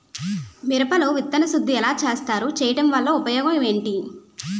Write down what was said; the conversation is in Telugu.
మిరప లో విత్తన శుద్ధి ఎలా చేస్తారు? చేయటం వల్ల ఉపయోగం ఏంటి?